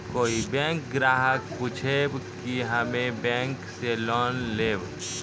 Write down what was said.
कोई बैंक ग्राहक पुछेब की हम्मे बैंक से लोन लेबऽ?